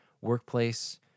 workplace